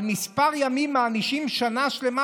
על כמה ימים מענישים שנה שלמה?